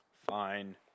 fine